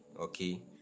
okay